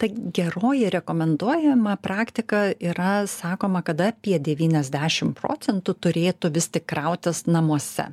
ta geroji rekomenduojama praktika yra sakoma kad apie devyniasdešim procentų turėtų vis tik krautis namuose